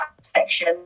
section